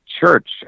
church